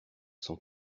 cent